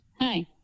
Hi